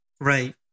right